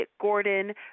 Gordon